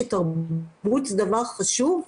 שתרבות זה דבר חשוב?